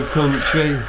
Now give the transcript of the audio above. country